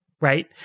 right